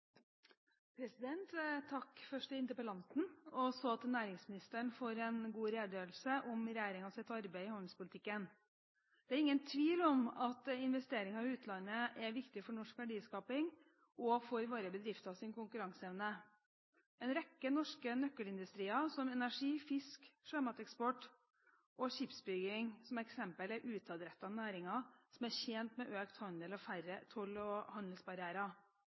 landene. Takk først til interpellanten og så til næringsministeren for en god redegjørelse om regjeringens arbeid i handelspolitikken. Det er ingen tvil om at investeringer i utlandet er viktig for norsk verdiskaping og for våre bedrifters konkurranseevne. En rekke norske nøkkelindustrier – energi, fisk, sjømateksport og skipsbygging – er eksempler på utadrettede næringer som er tjent med økt handel og færre toll- og handelsbarrierer.